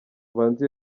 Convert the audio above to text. ubanze